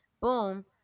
Boom